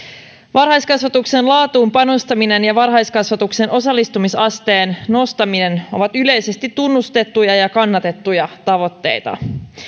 varhaiskasvatuksen laatuun panostaminen ja varhaiskasvatuksen osallistumisasteen nostaminen ovat yleisesti tunnustettuja ja kannatettuja tavoitteita